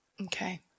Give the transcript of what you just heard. Okay